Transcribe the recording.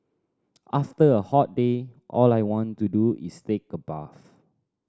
after a hot day all I want to do is take a bath